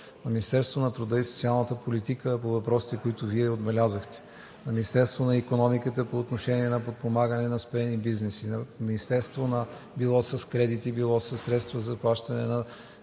на Министерството на труда и социалната политика по въпросите, които отбелязахте; на Министерството на икономиката по отношение на подпомагане на спрели бизнеси – било с кредити, било със средства за плащане на